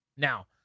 Now